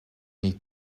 niet